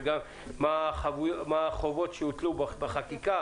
וגם מה החובות שיוטלו בחקיקה,